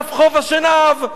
אגף חוף-השנהב.